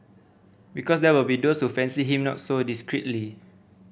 because there will be those who fancy him not so discreetly